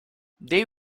they